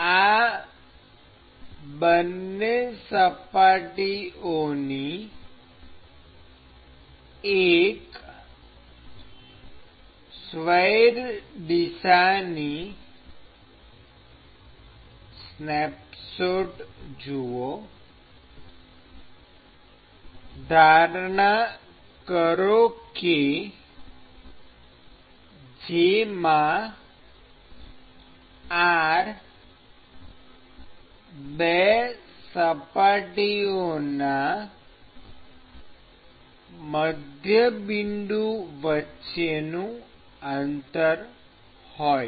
આ બંને સપાટીઓની એક સ્વૈર દિશાની સ્નેપશોટ જુઓ ધારણા કરો કે જેમાં R બે સપાટીઓના મધ્યબિંદુ વચ્ચેનું અંતર હોય